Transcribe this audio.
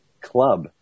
club